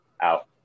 out